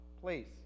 Please